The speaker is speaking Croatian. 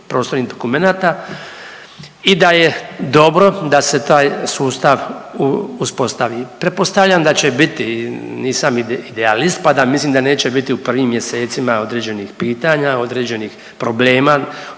prostornih dokumenata i da je dobro da se taj sustav uspostavi. Pretpostavljam da će biti, nisam idealist pa da mislim da neće biti u prvim mjesecima određenih pitanja, određenih probleme,